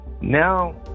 now